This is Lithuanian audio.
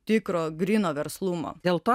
tikro gryno verslumo dėl to